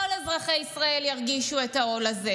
כל אזרחי ישראל ירגישו את העול הזה.